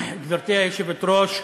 גברתי היושבת-ראש,